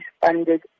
funded